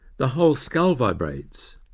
the whole skull vibrates,